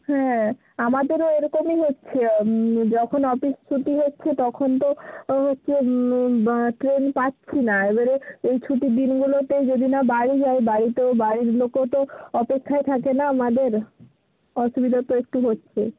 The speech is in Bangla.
হ্যাঁ আমাদেরও ওরকমই হচ্ছে যখন অফিস ছুটি হচ্ছে তখন তো হচ্ছে ট্রেন পাচ্ছি না এবারে এই ছুটির দিনগুলোতে যদি না বাড়ি যাই বাড়ি তো বাড়ির লোকও তো অপেক্ষায় থাকে না আমাদের অসুবিধা তো একটু হচ্ছে